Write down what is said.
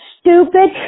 stupid